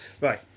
Right